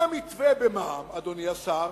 היה מתווה במע"מ, אדוני השר.